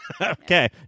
Okay